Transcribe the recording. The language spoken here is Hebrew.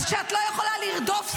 אז כשאת לא יכולה לרדוף שר,